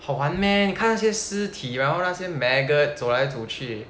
好玩 meh 看那些尸体然后那些 maggot 走来走去